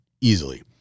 easily